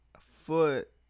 foot